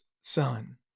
son